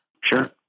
Sure